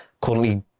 currently